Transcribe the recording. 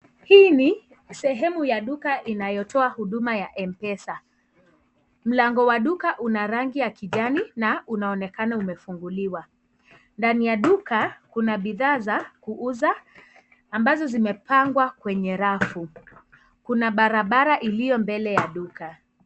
Hii ni sehemu ya duka inayotoa huduma ya Mpesa. Mlango wa duka una rangi ya kijani na unaonekana umefunguliwa. Ndani ya duka, kuna bidhaa za kuuza ambazo zimepangwa kwenye rafu. Kuna barabara iliyo mbele ya duka.